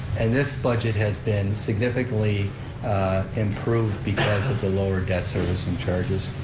and this budget has been significantly improved because of the lower debt servicing charges.